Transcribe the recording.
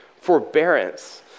Forbearance